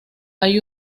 hay